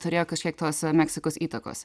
turėjo kažkiek tos meksikos įtakos